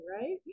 right